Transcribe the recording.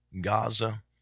Gaza